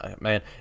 man